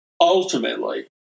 ultimately